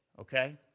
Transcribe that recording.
okay